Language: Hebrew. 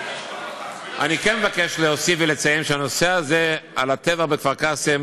אני כן מבקש להוסיף ולציין שהנושא הזה של הטבח בכפר-קאסם